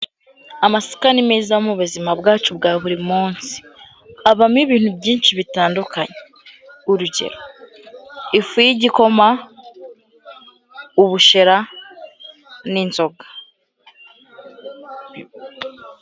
Amasaka ni meza mu buzima bwacu bwa buri munsi, havamo ibintu byinshi bitandukanye; urugero, ifu y'igikoma, ubushera n'inzoga.